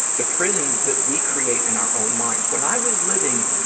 the prisons that we create in our own minds. when i was living,